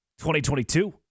2022